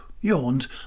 yawned